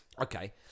Okay